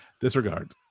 disregard